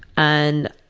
and,